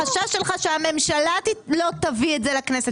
החשש הוא שהממשלה לא תביא את זה לכנסת.